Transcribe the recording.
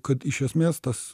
kad iš esmės tas